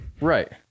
Right